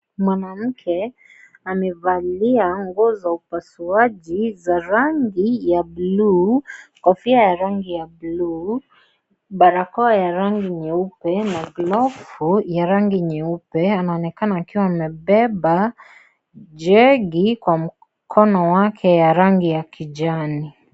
Mwanamke amevalia nguo za upasuaji za rangi ya bluu, kofia ya rangi ya bluu, barakoa ya rangi nyeupe na glovu ya rangi nyeupe, anaonekana akiwa amebeba jegi kwa mkono wake ya rangi ya kijani.